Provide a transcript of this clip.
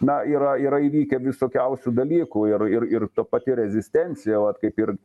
na yra yra įvykę visokiausių dalykų ir ir ir ta pati rezistencija vat kaip ir